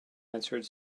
answered